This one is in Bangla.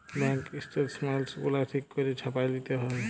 ব্যাংক ইস্ট্যাটমেল্টস গুলা ঠিক ক্যইরে ছাপাঁয় লিতে হ্যয়